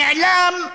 2.5%. נעלם,